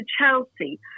Chelsea